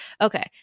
Okay